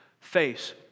face